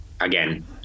again